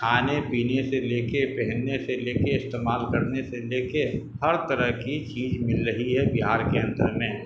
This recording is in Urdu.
کھانے پینے سے لے کے پہننے سے لے کے استعمال کرنے سے لے کے ہر طرح کی چیز مل رہی ہے بہار کے اندر میں